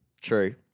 True